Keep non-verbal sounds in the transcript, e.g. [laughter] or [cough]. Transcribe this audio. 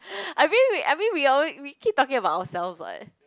[noise] I mean we I mean we all we keep talking about ourselves [what]